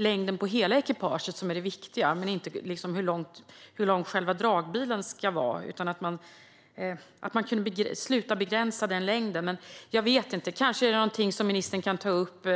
Längden på hela ekipaget skulle vara viktigt, inte hur lång själva dragbilen ska vara. Jag vet inte; kanske är det något som ministern kan ta upp